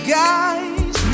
guys